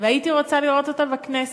והייתי רוצה לראות אותה בכנסת,